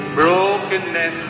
brokenness